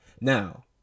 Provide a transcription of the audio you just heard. Now